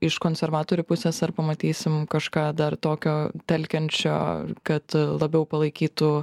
iš konservatorių pusės ar pamatysim kažką dar tokio telkiančio kad labiau palaikytų